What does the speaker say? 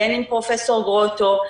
בין עם פרופסור גרוטו,